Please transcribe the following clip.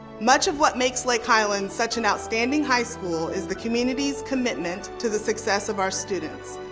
much of what makes lake highlands such an outstanding high school is the community's commitment to the success of our students.